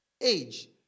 age